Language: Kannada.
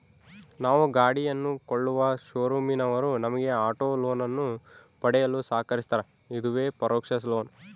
ನಾವು ಗಾಡಿಯನ್ನು ಕೊಳ್ಳುವ ಶೋರೂಮಿನವರು ನಮಗೆ ಆಟೋ ಲೋನನ್ನು ಪಡೆಯಲು ಸಹಕರಿಸ್ತಾರ, ಇದುವೇ ಪರೋಕ್ಷ ಲೋನ್